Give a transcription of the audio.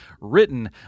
written